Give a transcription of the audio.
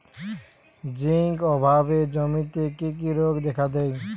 Zinc অভাবে জমিতে কি কি রোগ দেখাদেয়?